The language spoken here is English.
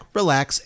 relax